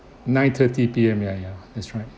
nine thirty P_M ya ya that's right